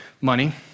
money